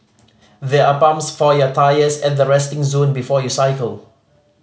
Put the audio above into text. there are pumps for your tyres at the resting zone before you cycle